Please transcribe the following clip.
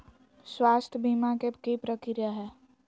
स्वास्थ बीमा के की प्रक्रिया है?